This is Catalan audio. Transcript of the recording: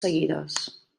seguides